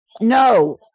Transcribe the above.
No